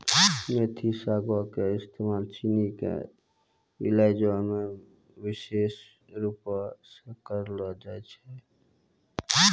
मेथी सागो के इस्तेमाल चीनी के इलाजो मे विशेष रुपो से करलो जाय छै